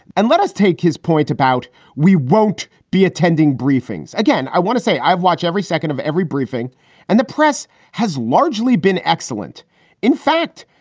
and let us take his point about we won't be attending briefings again. i want to say i've watch every second of every briefing and the press has largely been excellent in fact,